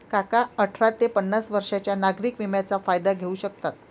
काका अठरा ते पन्नास वर्षांच्या नागरिक विम्याचा फायदा घेऊ शकतात